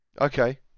Okay